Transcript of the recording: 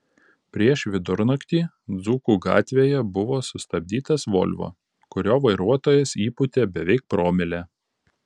prieš vidurnaktį dzūkų gatvėje buvo sustabdytas volvo kurio vairuotojas įpūtė beveik promilę